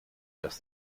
das